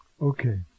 Okay